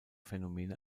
phänomene